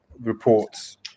reports